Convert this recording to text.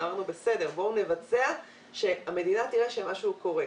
אמרנו: בסדר, נבצע, שהמדינה תראה שמשהו קורה.